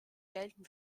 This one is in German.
gelten